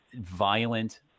violent